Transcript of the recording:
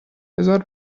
بذار